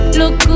look